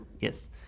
Yes